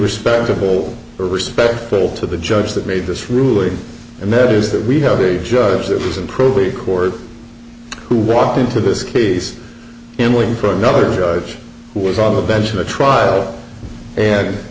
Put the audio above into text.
respectable or respectful to the judge that made this ruling and that is that we have a judge that was in probate court who walked into this case in waiting for another who was on the bench in the trial and